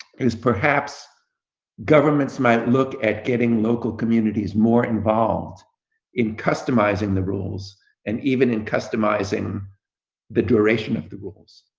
is perhaps governments might look at getting local communities more involved in customizing the rules and even in customizing the duration of the rules.